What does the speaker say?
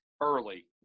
early